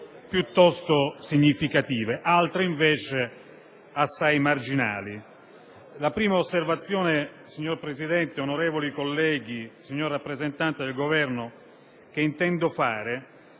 piuttosto significative, altre invece assai marginali. La prima osservazione che intendo fare, signor Presidente, onorevoli colleghi, signor rappresentante del Governo, è quella che